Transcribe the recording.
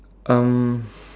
um